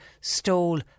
stole